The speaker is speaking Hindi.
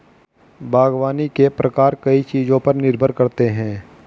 बागवानी के प्रकार कई चीजों पर निर्भर करते है